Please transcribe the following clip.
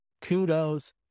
kudos